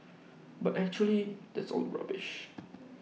but actually that's all rubbish